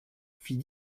fit